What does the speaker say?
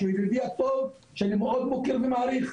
שהוא ידידי הטוב שאני מאוד מוקיר ומעריך.